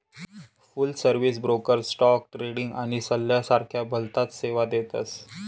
फुल service broker stock trading आणि सल्ला सारख्या भलताच सेवा देतस